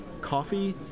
Coffee